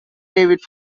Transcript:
david